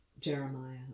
Jeremiah